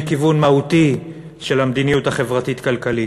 כיוון מהותי של המדיניות החברתית-כלכלית.